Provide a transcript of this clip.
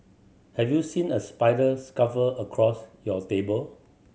have you seen a spider across your table